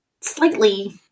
slightly